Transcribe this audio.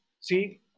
see